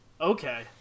Okay